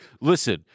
listen